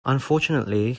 unfortunately